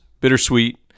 bittersweet